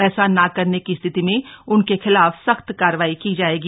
ऐसा न करने की स्थिति में उनके खिलाफ सख्त कार्रवाई की जायेगी